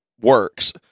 works